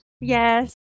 Yes